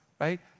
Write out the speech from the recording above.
right